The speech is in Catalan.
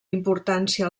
importància